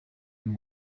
and